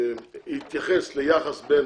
התייחס ליחס בין